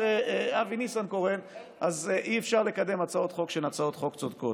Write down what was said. אבי ניסנקורן אז אי-אפשר לקדם הצעות חוק שהן הצעות חוק צודקות.